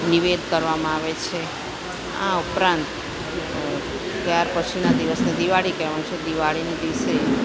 નિવેદ કરવામાં આવે છે આ ઉપરાંત ત્યાર પછીના દિવસને દિવાળી કહેવાનું છે દિવાળીના દિવસે